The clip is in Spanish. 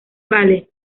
vale